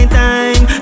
time